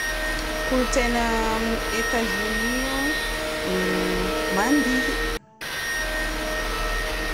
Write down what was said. Kolontsaina Etazonia io, mmh mandihy.